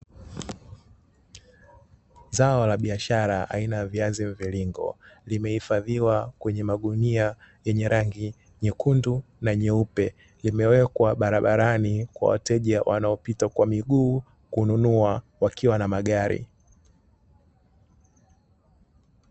Zao la biashara aina ya viazi mviringo vimeifadhiwa kwenye magumia ya rangi nyekundu na nyeupe, imewekwa barabarani kwa wateja waonaopita kwa miguu kununua wakiwa na magari.